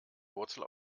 wurzel